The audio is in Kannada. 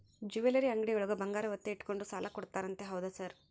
ಜ್ಯುವೆಲರಿ ಅಂಗಡಿಯೊಳಗ ಬಂಗಾರ ಒತ್ತೆ ಇಟ್ಕೊಂಡು ಸಾಲ ಕೊಡ್ತಾರಂತೆ ಹೌದಾ ಸರ್?